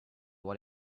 what